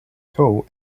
tow